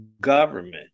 government